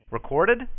Recorded